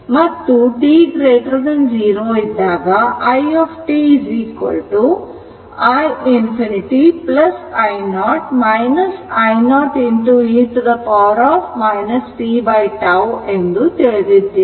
ಮತ್ತು t0 ಇದ್ದಾಗ i t i ∞ i0 i ∞ e tτಎಂದು ತಿಳಿದಿದ್ದೇವೆ